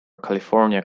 california